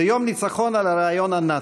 זה יום ניצחון על הרעיון הנאצי,